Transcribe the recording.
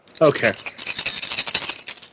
Okay